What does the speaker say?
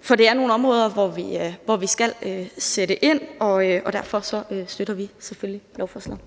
for det er et område, hvor vi skal sætte ind, og derfor støtter vi selvfølgelig lovforslaget.